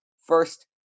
first